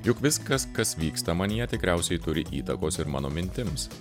juk viskas kas vyksta manyje tikriausiai turi įtakos ir mano mintims